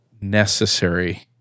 necessary